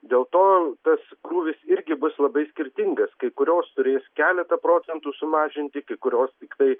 dėl to tas krūvis irgi bus labai skirtingas kai kurios turės keletą procentų sumažinti kai kurios tiktai